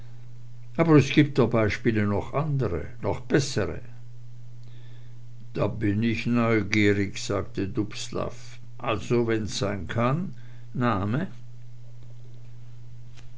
aber es gibt der beispiele noch andere noch bessere da bin ich neugierig sagte dubslav also wenn's sein kann name